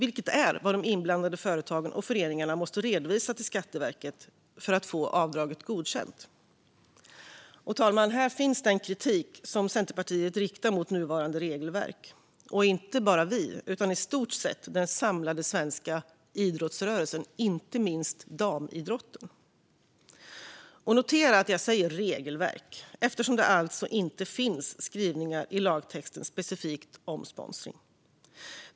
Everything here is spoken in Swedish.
Det är ju det de inblandade företagen och föreningarna måste redovisa till Skatteverket för att få avdraget godkänt. Herr talman! Här finns den kritik som Centerpartiet riktar mot nuvarande regelverk - och inte bara vi utan i stort sett hela den samlade idrottsrörelsen, inte minst damidrotten. Notera också att jag säger "regelverk", eftersom det alltså inte finns skrivningar specifikt om sponsring i lagtexten.